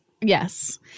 yes